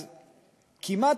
אז כמעט,